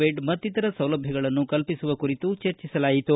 bed ಮಕ್ತಿತರ ಸೌಲಭ್ಯಗಳನ್ನು ಕಲ್ಪಿಸುವ ಕುರಿತು ಚರ್ಚಿಸಲಾಯಿತು